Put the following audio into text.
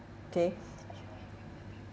okay